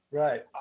right